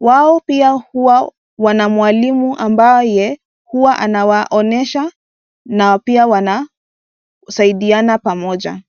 Wao pia huwa wana mwalimu ambaye huwa anawaonyesha na pia wanasaidiana pamoja.